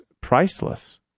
priceless